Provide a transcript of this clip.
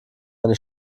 eine